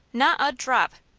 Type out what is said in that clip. not a drop!